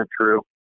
true